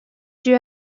dut